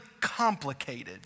complicated